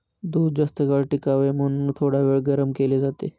दूध जास्तकाळ टिकावे म्हणून थोडावेळ गरम केले जाते